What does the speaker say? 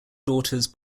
daughters